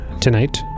tonight